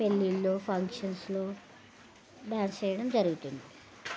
పెళ్ళిళ్ళలో ఫంక్షన్స్లో డ్యాన్స్ చేయడం జరుగుతుంది